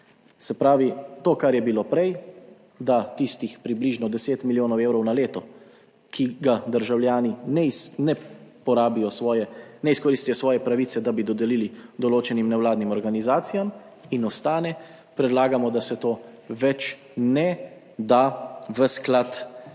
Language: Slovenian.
Se pravi, to, kar je bilo prej, da tistih približno 10 milijonov evrov na leto, ki ga državljani ne porabijo svoje, ne izkoristijo svoje pravice, da bi dodelili določenim nevladnim organizacijam in ostane, predlagamo, da se to več ne da v sklad za